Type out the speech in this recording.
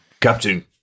Captain